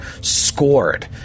scored